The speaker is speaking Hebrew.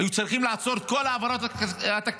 היו צריכים לעצור את כל ההעברות התקציביות